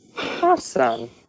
Awesome